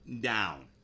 down